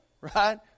right